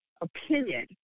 opinion